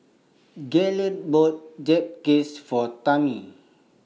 Gaylen bought Japchae For Tammy